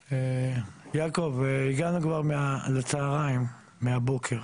יעקב, הגענו כבר לצוהריים, מהבוקר.